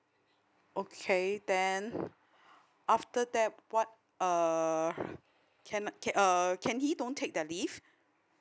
okay then after that what uh can uh can he don't take the leave